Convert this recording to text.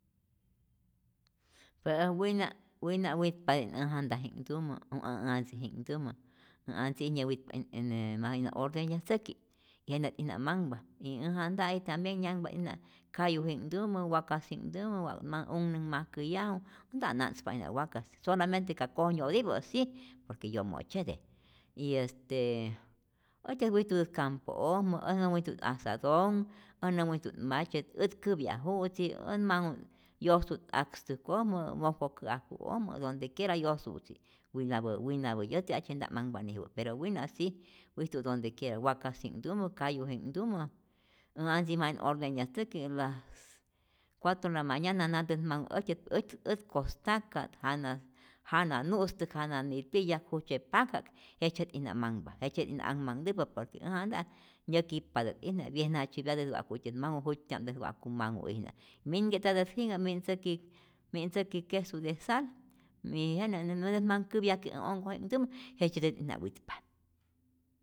Pe äj wina wina' witpa'ti't äj janta'ji'nhtumä o äj antzi'ji'nhtumä, äj antzi'i nyäwitpa't'ijna ma'ijna ordeñatzäki', jenä't'ijna manhpa y äj janta'i tambien nyanhpa't'ijna kayuji'nhtumä, wakasji'nhtumä wa't manh unhnäkmajkäyajä, nta't na'tzpa'ijna wakas, solamente ka kojnyo'tipä si por que yomo'tzyete y este äjtyät wijtutä campo'ojmä, äj näwijtu't azadón, äj näwijtu't matzyet, ät käpyaju'tzi, ät manhu't, yojsu't akstäjkojmä, mojko kä'ajku'ojmä, donde quiera yosu'tzi, winapä winapä, yäti'ajtyze nta't manhpa nijuwä, pero wina' si wijtu't donde quiera wakasji'nhtumä, kayuji'nhtumä, äj antzi ma'ij ordeñatzäki las cuatro de la mañana nantät manh äjtyät, ät ät kostaka't jana jana nu'stäk, jana nitiyä, yak jujtzye paka'k, jejtzye't'ijna manhpa, jejtzye't'ijna anhmanhtäjpa por que äj janta'i nyä kip'patä't'ijna, wyejna'tzyäpyatä wa'kutyät manhu jut'tya'mtä wa'ku manhu'ijna, minke'tatä't jinhä mi't ntzäki mi't ntzäki quesu de sal y jenä näntä't manh käpyajke' äj onhko'ji'nhtumä jejtzyetä't'ijna witpa.